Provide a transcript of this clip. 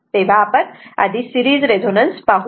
तेव्हा आपण आधी सिरीज रेझोनन्स पाहूया